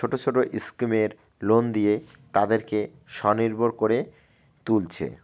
ছোটো ছোটো স্কিমের লোন দিয়ে তাদেরকে স্বনির্ভর করে তুলছে